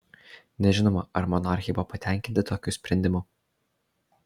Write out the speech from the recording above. nežinoma ar monarchė buvo patenkinta tokiu sprendimu